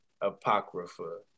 Apocrypha